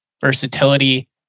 versatility